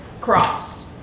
cross